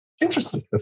interesting